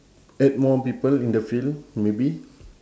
add more people in the field maybe